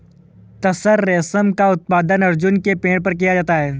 तसर रेशम का उत्पादन अर्जुन के पेड़ पर किया जाता है